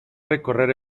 recorrer